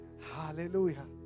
hallelujah